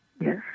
Yes